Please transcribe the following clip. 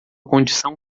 condição